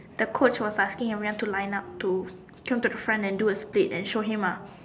the coach was asking everyone to line up to come to the front and do a split and show him ah